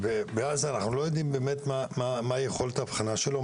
אנחנו לא יודעים באמת מה יכולת ההבחנה שלו,